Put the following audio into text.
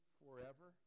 forever